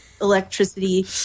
electricity